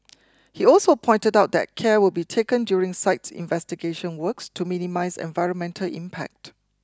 he also pointed out that care will be taken during site investigation works to minimise environmental impact